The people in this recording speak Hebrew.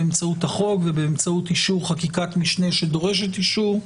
באמצעות החוק ובאמצעות אישור חקיקת משנה שדורשת אישור,